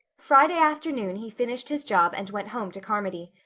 friday afternoon he finished his job and went home to carmody.